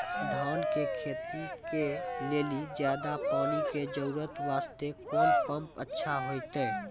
धान के खेती के लेली ज्यादा पानी के जरूरत वास्ते कोंन पम्प अच्छा होइते?